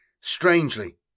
strangely